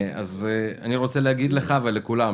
אני רוצה להגיד לך ולכולם,